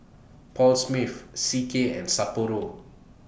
Paul Smith C K and Sapporo